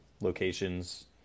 locations